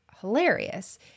hilarious